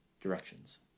directions